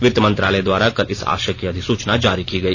वित्त मंत्रालय द्वारा कल इस आशय की अधिसूचना जारी की गई